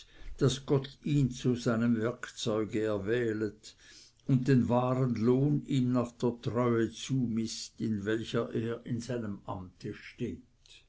daß gott ihn zu einem werkzeuge erwählet und den wahren lohn ihm nach der treue zumißt in welcher er in seinem amte steht